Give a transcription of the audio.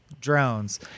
drones